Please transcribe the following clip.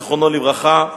זיכרונו לברכה,